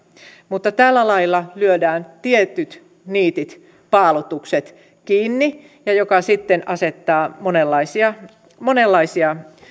mutta tällä lailla lyödään tietyt niitit paalutukset kiinni mikä sitten asettaa monenlaisia monenlaisia